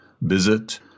visit